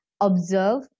observe